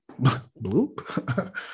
bloop